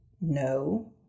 no